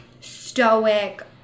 stoic